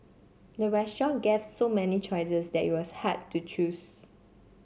the restaurant gave so many choices that it was hard to choose